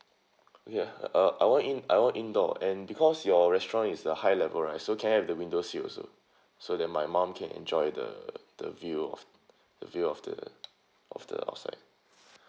okay uh I want in~ I want indoor and because your restaurant is a high level right so can I have the window seat also so then my mum can enjoy the the view of the view of the of the outside